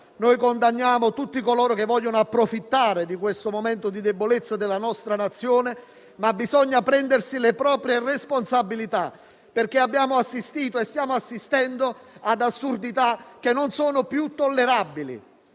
condanniamo tutti coloro che vogliono approfittare di questo momento di debolezza della nostra Nazione, ma bisogna prendersi le proprie responsabilità perché abbiamo assistito e stiamo assistendo ad assurdità che non sono più tollerabili.